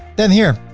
then here,